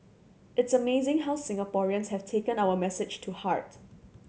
it's amazing how Singaporeans have taken our message to heart